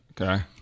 okay